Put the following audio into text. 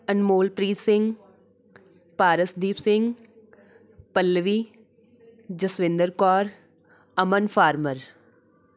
Anmolpreet Singh Parasdeep Singh Pallavi Jaswinder Kaur Aman farmer